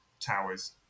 towers